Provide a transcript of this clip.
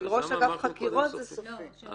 של ראש אגף חקירות זה סופי.